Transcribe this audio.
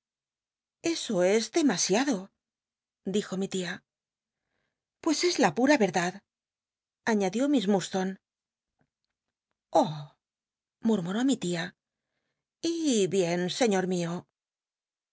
eso es demasiado dijo mi tia pues es la pura yerdad aíiadió miss mlll'dstonc ab l mmmuró mi tia y bien señor mio